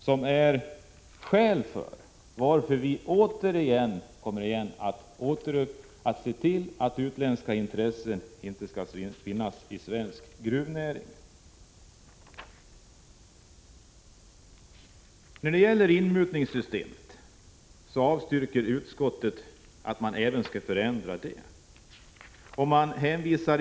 Det är skälet till att vi återkommer med kravet på att utländska intressenter inte skall finnas i svensk gruvnäring. När det gäller inmutningssystemet avstyrker utskottet förändringar.